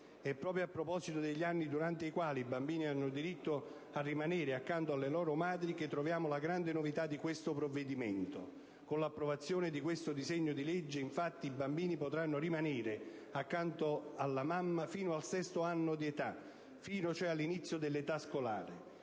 È proprio a proposito degli anni durante i quali i bambini hanno diritto a rimanere accanto alle loro madri che troviamo la grande novità di questo provvedimento: con l'approvazione di questo disegno di legge, infatti, i bambini potranno rimanere accanto alla mamma fino al sesto anno di età, fino, cioè, all'inizio dell'età scolare.